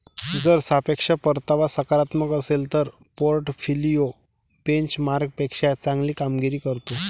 जर सापेक्ष परतावा सकारात्मक असेल तर पोर्टफोलिओ बेंचमार्कपेक्षा चांगली कामगिरी करतो